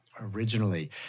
originally